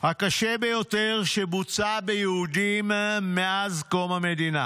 הקשה ביותר שבוצע ביהודים מאז קום המדינה.